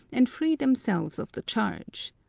and free themselves of the charge.